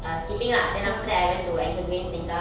err skipping lah then after that I went to anchorgreen sengkang